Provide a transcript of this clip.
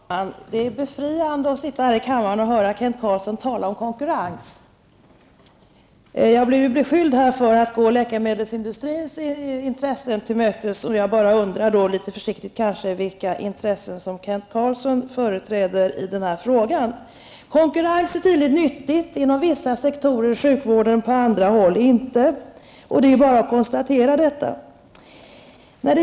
Herr talman! Det är befriande att sitta här i kammaren och höra Kent Carlsson tala om konkurrens. Jag blev beskylld för att gå läkemedelsindustrins intressen till mötes, varför jag undrar litet försiktigt vilka intressen som Kent Carlsson företräder i den här frågan. Det är tydligen nyttigt med konkurrens inom vissa sektorer i sjukvården, på andra håll inte. Vi kan bara konstatera detta.